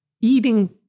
eating